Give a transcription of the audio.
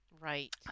Right